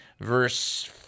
verse